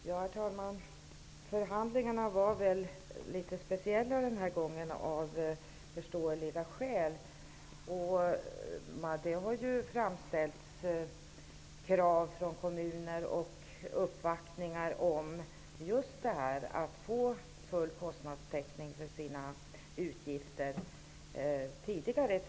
Herr talman! Förhandlingarna var av förståeliga skäl litet speciella den här gången. Det har varit uppvaktningar hos regeringen tidigare, och det har ställts krav från kommunerna på att få full kostnadstäckning för utgifterna.